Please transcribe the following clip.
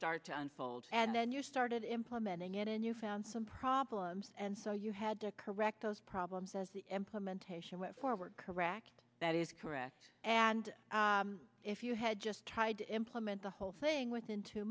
start to unfold and then you started implementing it and you found some problems and so you had to correct those problems as the implementation went forward correct that is correct and if you had just tried to implement the whole thing within two